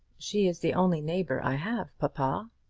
she is the only neighbour i have, papa.